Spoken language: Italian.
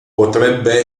potrebbe